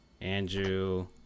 Andrew